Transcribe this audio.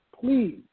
please